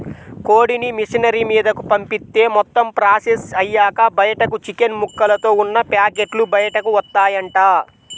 కోడిని మిషనరీ మీదకు పంపిత్తే మొత్తం ప్రాసెస్ అయ్యాక బయటకు చికెన్ ముక్కలతో ఉన్న పేకెట్లు బయటకు వత్తాయంట